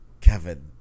Kevin